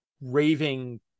raving